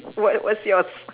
what what's yours